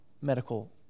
medical